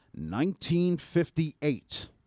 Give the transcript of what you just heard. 1958